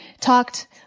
talked